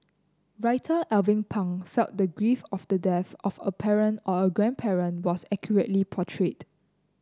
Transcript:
Writer Alvin Pang felt the grief of the death of a parent or a grandparent was accurately portrayed